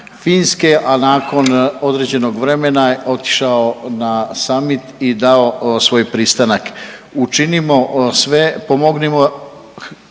a nakon određenog vremena je otišao na summit i dao svoj pristanak. Učinimo sve, pomognimo